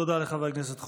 תודה לחבר הכנסת חוג'יראת.